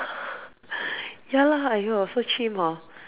ya lah !aiyo! so chim hor